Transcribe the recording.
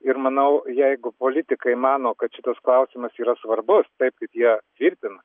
ir manau jeigu politikai mano kad šitas klausimas yra svarbus taip kaip jie tvirtina